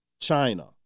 China